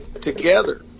together